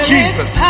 Jesus